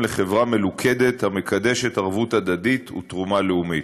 לחברה מלוכדת המקדשת ערבות הדדית ותרומה לאומית.